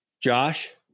Josh